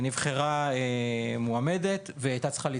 היא הייתה צריכה להתמנות,